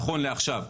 נכון לעכשיו.